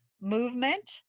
movement